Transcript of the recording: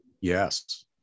Yes